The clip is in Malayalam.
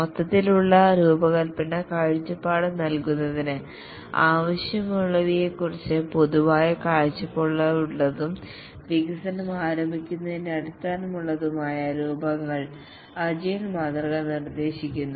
മൊത്തത്തിലുള്ള രൂപകൽപ്പന കാഴ്ചപ്പാട് നൽകുന്നതിന് ആവശ്യമുള്ളവയെക്കുറിച്ച് പൊതുവായ കാഴ്ചപ്പാടുള്ളതും വികസനം ആരംഭിക്കുന്നതിന്റെ അടിസ്ഥാനത്തിലുള്ളതുമായ രൂപകങ്ങൾ അജൈൽ മാതൃക നിർദ്ദേശിക്കുന്നു